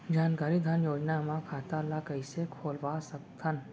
जानकारी धन योजना म खाता ल कइसे खोलवा सकथन?